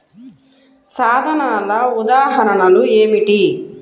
సాధనాల ఉదాహరణలు ఏమిటీ?